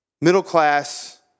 middle-class